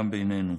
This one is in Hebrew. גם בינינו.